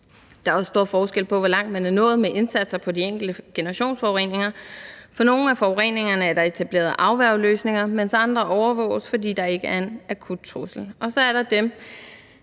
Der er også stor forskel på, hvor langt man er nået med indsatser på de enkelte generationsforureninger. For nogle af forureningerne er der etableret afværgeløsninger, mens andre overvåges, fordi der ikke er en akut trussel, og så er der dem,